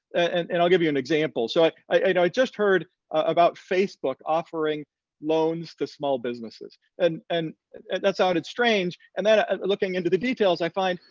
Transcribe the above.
and and i'll give you an example. so i just heard about facebook offering loans to small businesses. and and that sounded strange. and then looking into the details, i find,